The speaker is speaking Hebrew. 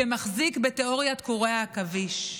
שמחזיק בתיאוריית קורי העכביש.